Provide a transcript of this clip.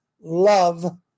love